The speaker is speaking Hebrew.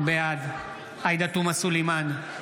בעד עאידה תומא סלימאן,